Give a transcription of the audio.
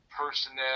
personnel